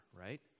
right